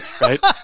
right